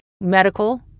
medical